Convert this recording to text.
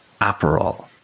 Aperol